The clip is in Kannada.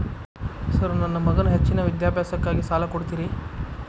ಸರ್ ನನ್ನ ಮಗನ ಹೆಚ್ಚಿನ ವಿದ್ಯಾಭ್ಯಾಸಕ್ಕಾಗಿ ಸಾಲ ಕೊಡ್ತಿರಿ?